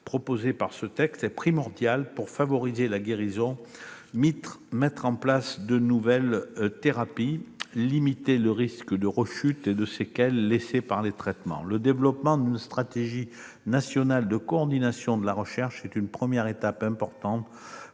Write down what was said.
proposée par ce texte, est primordial pour favoriser la guérison, mettre en place de nouvelles thérapies et limiter le risque de rechutes et de séquelles laissé par les traitements. Le déploiement d'une stratégie nationale de coordination de la recherche est une première étape importante